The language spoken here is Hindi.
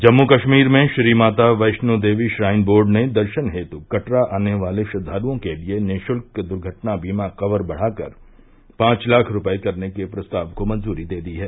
जम्मू कश्मीर में श्रीमाता वैष्णो देवी श्राइन बोर्ड ने दर्शन हेतु कटरा आने वाले श्रद्वालुओं के लिए निशुल्क दुर्घटना बीमा कवर बढ़ाकर पांच लाख रुपयें करने के प्रस्ताव को मंजूरी दे दी है